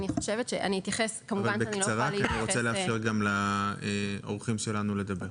רק בקצרה כי אני רוצה לאפשר גם לאורחים שלנו לדבר.